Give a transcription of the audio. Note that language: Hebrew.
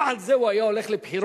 אם על זה הוא היה הולך לבחירות,